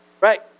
Right